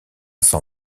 san